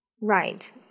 right